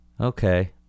Okay